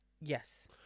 Yes